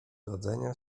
rodzenia